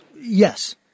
Yes